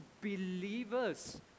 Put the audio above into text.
believers